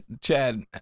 Chad